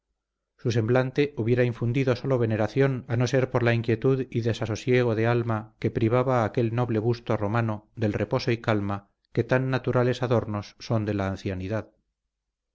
su semblante hubiera infundido sólo veneración a no ser por la inquietud y desasosiego de alma que privaba a aquel noble busto romano del reposo y calma que tan naturales adornos son de la ancianidad